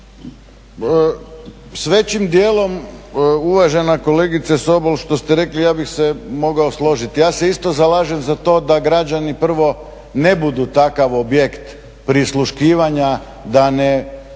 S većim dijelom uvažena kolegice Sobol što ste rekli ja bih se mogao složiti. Ja se isto zalažem za to da građani prvo ne budu takav objekt prisluškivanja da ne